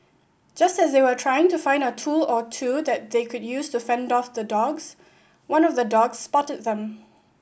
just as they were trying to find a tool or two that they could use to fend off the dogs one of the dogs spotted them